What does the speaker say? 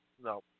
No